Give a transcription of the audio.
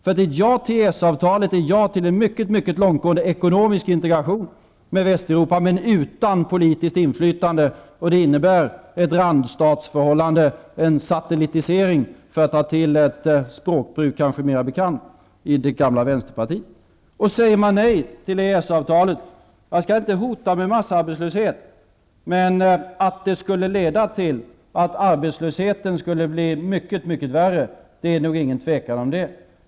Ett ja till EES-avtalet är ett ja till en mycket långtgående ekonomisk integration med Västeuropa men utan politiskt inflytande, och det innebär ett randstatsförhållande, en satellitisering för att ta till ett språkbruk som kanske är mer bekant i det gamla Jag skall inte hota med massarbetslöshet, men säger man nej till EES-avtalet skulle det leda till att arbetslösheten blir mycket, mycket värre -- det är nog inget tvivel om det.